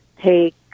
take